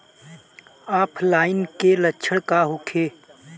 ऑफलाइनके लक्षण का होखे?